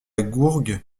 gourgue